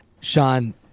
Sean